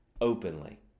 openly